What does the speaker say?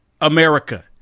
America